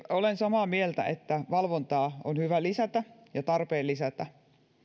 olen samaa mieltä että valvontaa on hyvä lisätä ja tarpeen lisätä